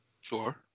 Sure